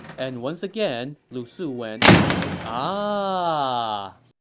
and once again, lu su went um aahhhhhh.